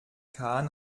kahn